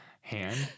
Hand